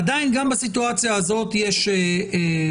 עדיין גם בסיטואציה הזאת יש פער,